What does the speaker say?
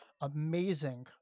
amazing